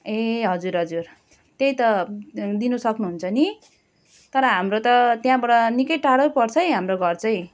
ए हजुर हजुर त्यही त दिनु सक्नु हुन्छ नि तर हाम्रो त त्यहाँबाट निकै टाडै पर्छ हाम्रो घर चाहिँ